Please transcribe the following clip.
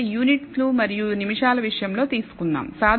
కాబట్టి యూనిట్లు మరియు నిమిషాల విషయంలో తీసుకుందాం